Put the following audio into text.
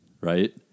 right